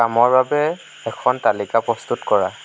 কামৰ বাবে এখন তালিকা প্ৰস্তুত কৰা